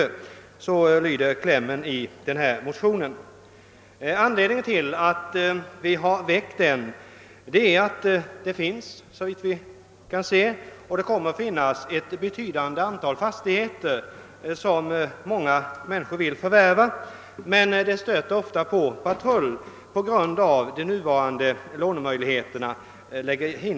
Så Iyder klämmen i den nämnda motionen. Anledningen till att vi har väckt denna motion är att det såvitt vi förstår kommer att finnas ett betydande antal fastigheter, vilka många människor vill förvärva men där detta ofta stöter på patrull på grund av nuvarande lånebestämmelser.